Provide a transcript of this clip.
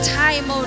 time